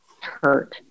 hurt